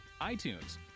iTunes